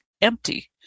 empty